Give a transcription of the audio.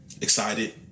Excited